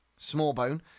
Smallbone